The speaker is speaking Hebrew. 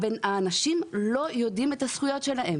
האנשים לא יודעים את הזכויות שלהם.